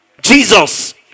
Jesus